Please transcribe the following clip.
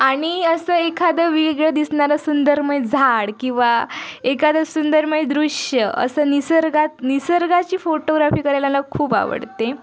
आणि असं एखादं वेगळं दिसणारं सुंदरमय झाड किंवा एखादं सुंदरमय दृश्य असं निसर्गात निसर्गाची फोटोग्राफी करायला ला खूप आवडते